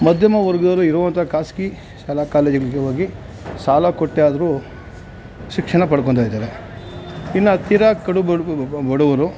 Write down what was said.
ಮಧ್ಯಮ ವರ್ಗದವ್ರು ಇರುವಂಥ ಖಾಸಗಿ ಶಾಲಾ ಕಾಲೇಜುಗಳಿಗೆ ಹೋಗಿ ಸಾಲ ಕೊಟ್ಟಾದ್ರೂ ಶಿಕ್ಷಣ ಪಡ್ಕೊಳ್ತಾ ಇದ್ದಾರೆ ಇನ್ನು ತೀರಾ ಕಡು ಬಡ ಬಡವ್ರು